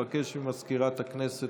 אבקש מסגנית מזכיר הכנסת